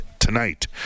tonight